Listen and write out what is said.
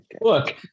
Look